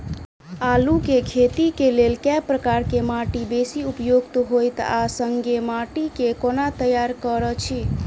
आलु केँ खेती केँ लेल केँ प्रकार केँ माटि बेसी उपयुक्त होइत आ संगे माटि केँ कोना तैयार करऽ छी?